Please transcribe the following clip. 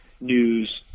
news